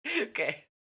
Okay